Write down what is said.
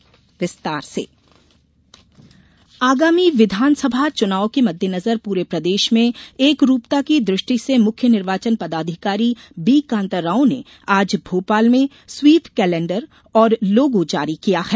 मतदाता जागरूकता आगामी विधानसभा चूनाव के मददेनजर पूरे प्रदेश में एकरूपता की दृष्टि से मूख्य निर्वाचन पदाधिकारी बी कांताराव ने आज भोपाल में स्वीप कैलेंडर ओर लोगो जारी किया है